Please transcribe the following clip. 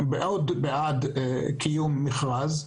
בעד קיום מכרז,